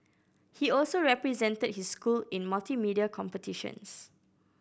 he also represented his school in multimedia competitions